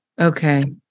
Okay